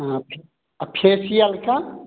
अच्छा और फेसियल का